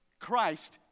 Christ